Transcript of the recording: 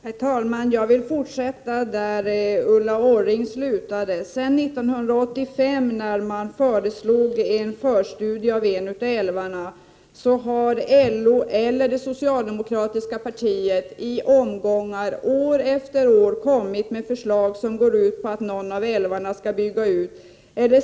Herr talman! Jag vill fortsätta där Ulla Orring slutade. Sedan 1985 då man föreslog en förstudie av en av älvarna har LO eller det socialdemokratiska partiet i omgångar år efter år kommit med förslag som går ut på att någon av älvarna skall byggas ut.